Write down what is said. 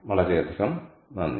വളരെയധികം നന്ദി